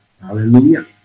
Hallelujah